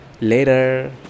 Later